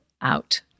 out